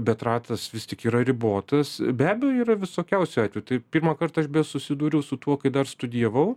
bet ratas vis tik yra ribotas be abejo yra visokiausių atvejų taip pirmą kartą aš susiduriau su tuo kai dar studijavau